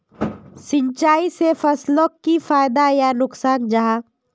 सिंचाई से फसलोक की फायदा या नुकसान जाहा?